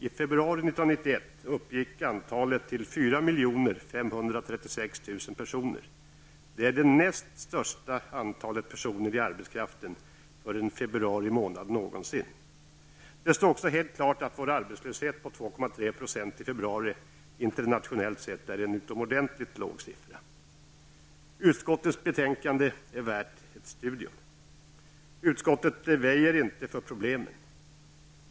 I februari 1991 var nämnda antal 4 536 000. Det är det näst största antal personer i arbete som någonsin har noterats för en februarimånad. Det står också helt klart att vår arbetslöshet om 2,3 % i februari internationellt sett är utomordentligt låg siffra. Utskottets betänkande är värt ett studium. Utskottet väjer inte för problemen.